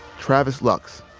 travis lux,